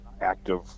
active